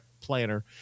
planner